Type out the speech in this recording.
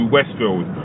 Westfield